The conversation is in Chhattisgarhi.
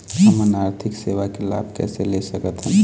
हमन आरथिक सेवा के लाभ कैसे ले सकथन?